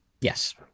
Yes